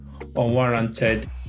unwarranted